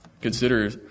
Consider